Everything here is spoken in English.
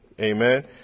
Amen